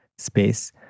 space